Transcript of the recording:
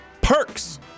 perks